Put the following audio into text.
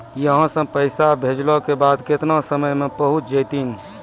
यहां सा पैसा भेजलो के बाद केतना समय मे पहुंच जैतीन?